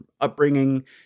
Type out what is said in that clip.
upbringing